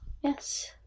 Yes